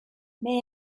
may